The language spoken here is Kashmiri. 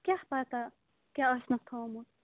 کیٛاہ پتہ کیٛاہ آسِمَکھ تھومُت